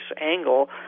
angle